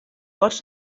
watch